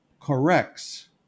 corrects